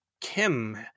Kim